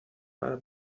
para